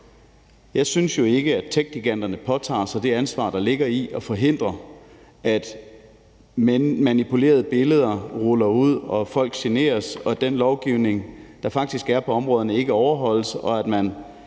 Jeg synes jo ikke, at techgiganterne påtager sig det ansvar, der ligger i at forhindre, at manipulerede billeder ruller ud, at folk generes, og at den lovgivning, der faktisk er på områderne, ikke overholdes, og at man